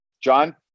John